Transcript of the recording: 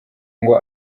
ngo